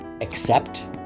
accept